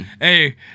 Hey